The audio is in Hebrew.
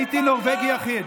הייתי נורבגי יחיד.